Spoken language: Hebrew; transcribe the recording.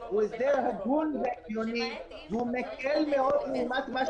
הוא יוצא לי מהאוזניים.